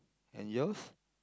and yours